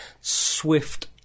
swift